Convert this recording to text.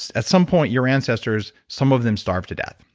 at some point your ancestors some of them starved to death.